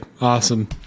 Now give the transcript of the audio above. awesome